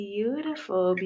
Beautiful